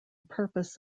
purpose